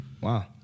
Wow